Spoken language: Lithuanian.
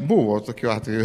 buvo tokių atvejų